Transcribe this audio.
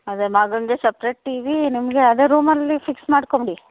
ಅದೇ ಮಗನಿಗೆ separate TV ನಿಮಗೆ ಅದೇ ರೂಮಲ್ಲಿ ಫಿಕ್ಸ್ ಮಾಡ್ಕೊಂಡ್ಬಿಡಿ